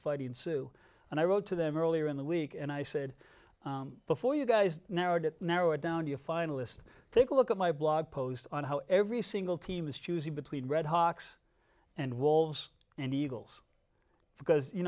fighting sioux and i wrote to them earlier in the week and i said before you guys narrowed it narrowed down to a finalist take a look at my blog post on how every single team is choosing between red hawks and wolves and eagles because you